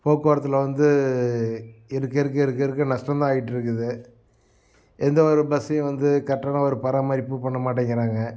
போக்குவரத்தில் வந்து இருக்க இருக்க இருக்க இருக்க நஷ்டம்தான் ஆகிட்ருக்குது எந்தவொரு பஸ்ஸையும் வந்து கரெட்டான ஒரு பராமரிப்பு பண்ணமாட்டேங்கிறாங்க